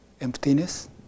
emptiness